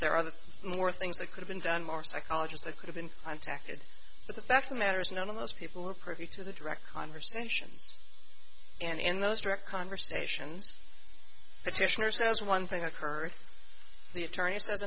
there are other more things that could have been done more psychologists i could have been contacted but the fact the matter is none of those people are privy to the direct conversations and in those direct conversations petitioner says one thing i've heard the attorney sa